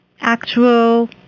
actual